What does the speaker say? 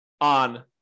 on